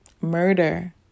murder